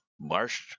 Marsh